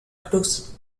cruz